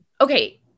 Okay